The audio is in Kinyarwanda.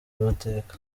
amateka